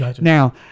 Now